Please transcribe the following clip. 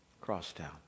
Crosstown